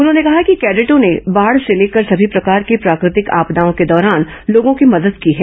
उन्होंने कहा कि कैडेटों ने बाढ़ से लेकर सभी प्रकार की प्राकृतिक आपदाओं के दौरान लोगों की मदद की है